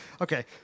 okay